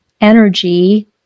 energy